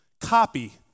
copy